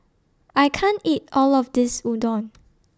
I can't eat All of This Udon